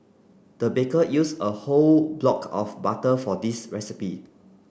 the baker used a whole block of butter for this recipe